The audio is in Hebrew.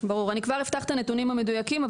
אני כבר אפתח את הנתונים המדויקים,